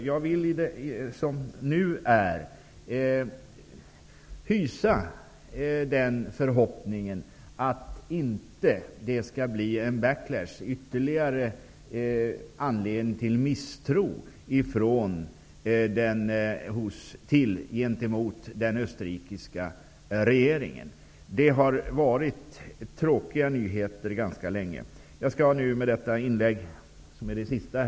Jag hyser den förhoppningen att det inte skall bli en backlash och ytterligare anledning till misstro gentemot den österrikiska regeringen. Det har ganska länge varit tråkiga nyheter.